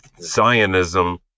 Zionism